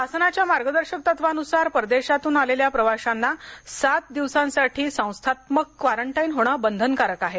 शासनाच्या मार्गदर्शक तत्वांनुसार परदेशातून आलेल्या प्रवाशांना सात दिवसांसाठी संस्थात्मक क्वारंटाइन होणे बंधनकारक आहे